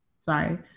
sorry